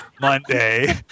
Monday